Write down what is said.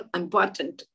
important